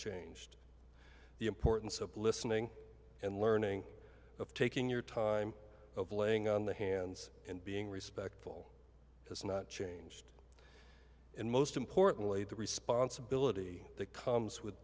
changed the importance of listening and learning of taking your time of laying on the hands and being respectful has not changed and most importantly the responsibility that comes with